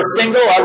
single